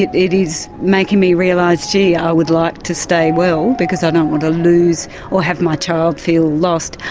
it it is making me realise gee, i would like to stay well because i don't want to lose or have my child feel lost.